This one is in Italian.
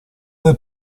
del